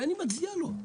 ואני מצדיע לו,